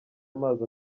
amazi